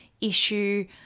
issue